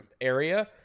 area